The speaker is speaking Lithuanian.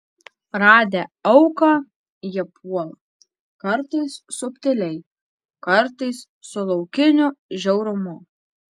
radę auką jie puola kartais subtiliai kartais su laukiniu žiaurumu